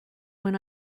when